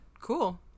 Cool